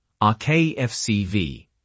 RKFCV